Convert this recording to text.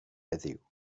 heddiw